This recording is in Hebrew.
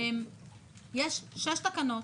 יש שש תקנות.